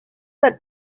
that